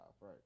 right